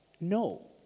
No